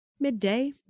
Midday